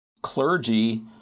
Clergy